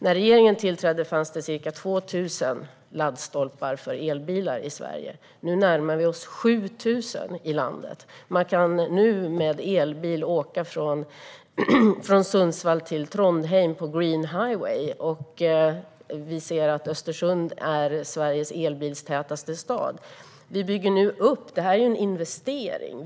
När regeringen tillträdde fanns det ca 2 000 laddstolpar för elbilar i Sverige. Nu närmar vi oss 7 000 i landet. Nu kan man åka med elbil från Sundsvall till Trondheim på Green Highway. Vi ser nu att Östersund är Sveriges mest elbilstäta stad. Det här är ju en investering.